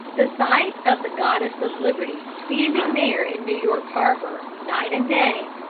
the sight of the goddess of liberty standing there in new york harbor night and day,